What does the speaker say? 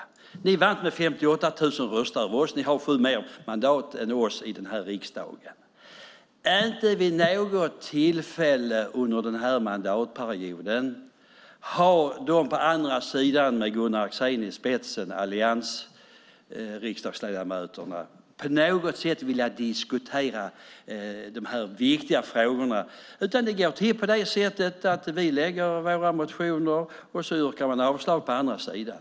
Ni vann över oss med 58 000 röster. Ni har sju fler mandat än vi har i den här riksdagen. Inte vid något tillfälle under den här mandatperioden har alliansriksdagsledamöterna på andra sidan med Gunnar Axén i spetsen på något sätt velat diskutera de här viktiga frågorna. Det går till på det sättet att vi skriver våra motioner, och så yrkar man avslag på andra sidan.